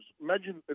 imagine